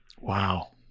Wow